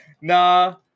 nah